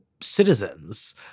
citizens